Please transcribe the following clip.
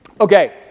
Okay